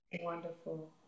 Wonderful